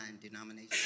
denomination